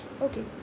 Okay